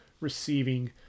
receiving